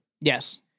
Yes